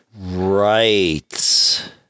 right